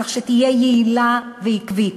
כך שיהיו יעילים ועקביים.